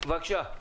בבקשה.